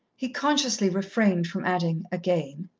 he consciously refrained from adding again.